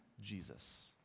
Jesus